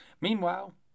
meanwhile